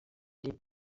les